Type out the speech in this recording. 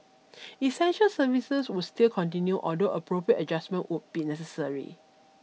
essential services would still continue although appropriate adjustments would be necessary